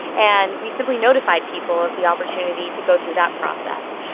and we simply notified people of the opportunity to go through that process.